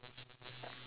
sushi